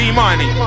money